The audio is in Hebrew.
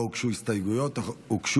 להצעת החוק לא הוגשו הסתייגויות אך הוגשו